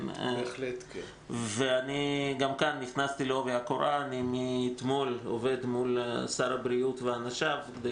גם כאן נכנסתי לעובי הקורה ומאתמול אני עובד מול שר הבריאות ואנשיו כדי